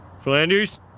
Flanders